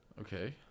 Okay